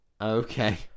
Okay